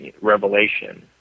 revelation